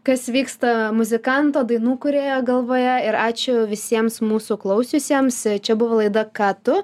kas vyksta muzikanto dainų kūrėjo galvoje ir ačiū visiems mūsų klausiusiems čia buvo laida ką tu